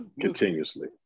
continuously